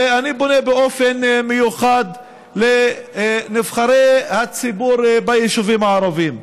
ואני פונה באופן מיוחד לנבחרי הציבור ביישובים הערביים,